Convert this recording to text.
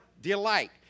delight